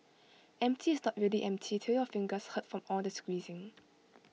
empty is not really empty till your fingers hurt from all the squeezing